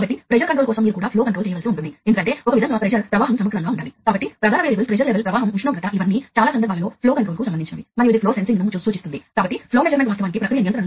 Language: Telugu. కాబట్టి ఇంతకు ముందు కూడా మీరు రిమోట్ సెన్సార్ ను ఒక నిర్దిష్ట నియంత్రికకు కొంత దూరంలో ఉన్న సెన్సార్ను కనెక్ట్ చేయవచ్చని తెలుసుకుని ఉంటారు